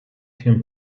him